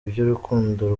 iby’urukundo